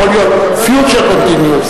אומר "בימים ההם" הוא מתכוון לימים האלה.